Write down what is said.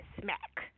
smack